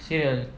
syria